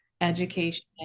education